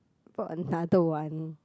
bought another one